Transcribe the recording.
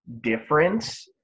difference